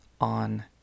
on